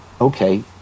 Okay